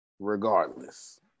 regardless